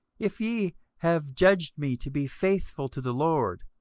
if ye have judged me to be faithful to the lord,